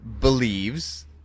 believes